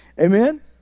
Amen